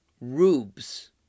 rubes